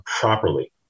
properly